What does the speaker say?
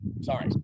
Sorry